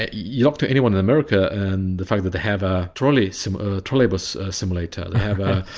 you talk to anyone in america and the fact that they have a trolleybus trolleybus simulator they have a